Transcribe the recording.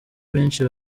benshi